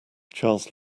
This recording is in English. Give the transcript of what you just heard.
charles